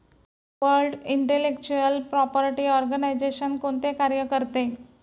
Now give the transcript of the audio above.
World intellectual property organisation कोणते कार्य करते?